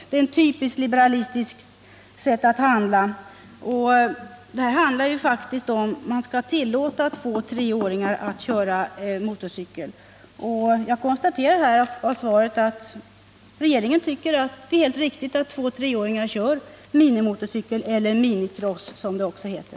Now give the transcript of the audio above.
Det är ett typiskt liberialistiskt sätt att handla. Här gäller faktiskt huruvida man skall tillåta två-treåringar att köra motorcykel. Och jag konstaterar av svaret att regeringen tycker att det är helt riktigt att två-treåringar kör minimotorcykel eller minicross, som det också heter.